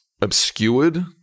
obscured